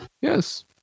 Yes